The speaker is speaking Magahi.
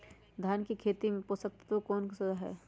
धान की खेती में पोषक तत्व कौन कौन सा है?